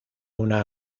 una